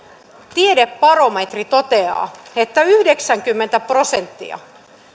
tiedebarometri toteaa että yhdeksänkymmentä prosenttia